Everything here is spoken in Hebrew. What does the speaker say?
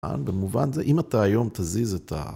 במובן זה, אם אתה היום תזיז את ה...